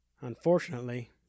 Unfortunately